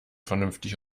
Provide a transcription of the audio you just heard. vernünftig